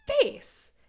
face